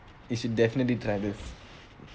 it's definitely brothers